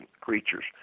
creatures